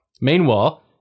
Meanwhile